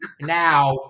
now